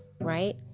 right